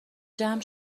جمع